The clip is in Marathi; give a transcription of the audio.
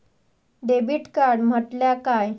डेबिट कार्ड म्हटल्या काय?